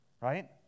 Right